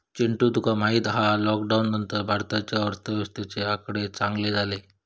चिंटू तुका माहित हा लॉकडाउन नंतर भारताच्या अर्थव्यवस्थेचे आकडे चांगले झाले